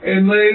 എന്നതിലാണ്